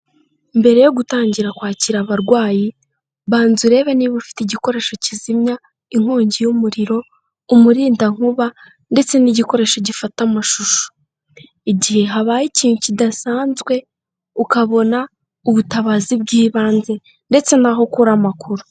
Mbere yo gutangira kwakira abarwayi, banza urebe niba ufite igikoresho kizimya inkongi y'umuriro, umurindankuba, ndetse n'igikoresho gifata amashusho. Igihe habaye ikintu kidasanzwe ukabona ubutabazi bw'ibanze, ndetse n'aho ukura amakuru.